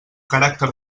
caràcter